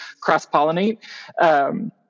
cross-pollinate